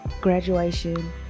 graduation